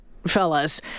Fellas